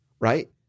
right